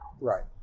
Right